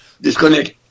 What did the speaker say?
disconnect